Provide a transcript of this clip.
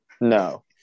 No